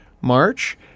March